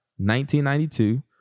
1992